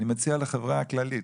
אני מציע לחברה הכללית,